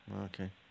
Okay